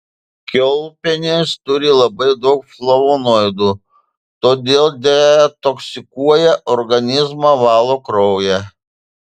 kiaulpienės turi labai daug flavonoidų todėl detoksikuoja organizmą valo kraują